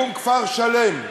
יקום כפר שלם.